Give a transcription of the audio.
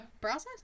process